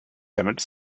damage